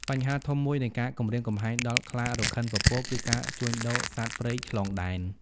បញ្ហាធំមួយនៃការគំរាមកំហែងដល់ខ្លារខិនពពក គឺ ការជួញដូរសត្វព្រៃឆ្លងដែន។